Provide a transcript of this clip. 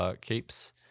Capes